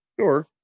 Sure